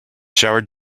showered